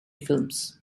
films